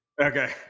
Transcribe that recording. okay